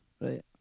Right